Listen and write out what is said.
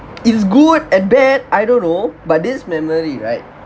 it's good and bad I don't know but this memory right